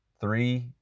three